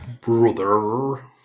Brother